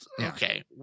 Okay